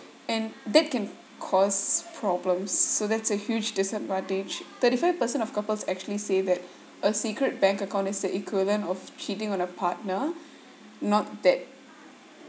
and that can cause problems so that's a huge disadvantage thirty five percent of couples actually say that a secret bank account is the equivalent of cheating on a partner not that